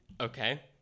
okay